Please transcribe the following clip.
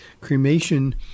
cremation